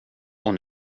och